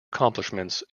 accomplishments